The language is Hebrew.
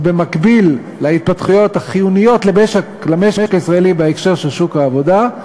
או במקביל להתפתחויות החיוניות למשק הישראלי בהקשר של שוק העבודה,